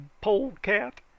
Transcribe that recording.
polecat